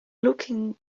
looking